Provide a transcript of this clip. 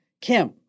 Kim